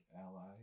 ally